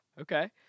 Okay